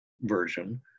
version